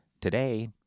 today